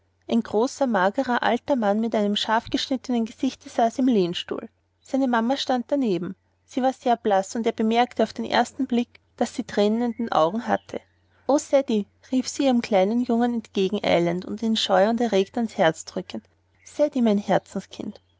ein großer magerer alter herr mit einem scharfgeschnittenen gesichte saß im lehnstuhl seine mama stand daneben sie war sehr blaß und er bemerkte auf den ersten blick daß sie thränen in den augen hatte o ceddie rief sie ihrem kleinen jungen entgegeneilend und ihn scheu und erregt ans herz drückend ceddie mein herzenskind